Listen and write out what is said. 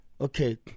Okay